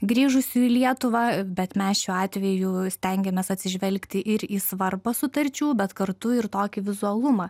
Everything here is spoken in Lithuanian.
grįžusių į lietuvą bet mes šiuo atveju stengėmės atsižvelgti ir į svarbą sutarčių bet kartu ir tokį vizualumą